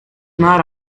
not